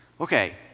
okay